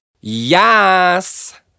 Yes